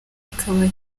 akaba